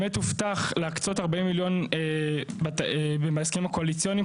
באמת הובטח להקצות 40 מיליון בהסכמים הקואליציוניים